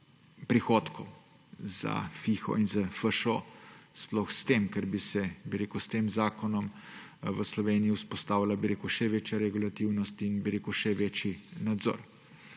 prihodkov za FIHO in za FŠO. Sploh s tem, ker bi se s tem zakonom v Sloveniji vzpostavila še večja regulativnost in še večji nadzor.